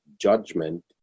Judgment